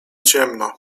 ciemno